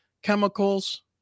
chemicals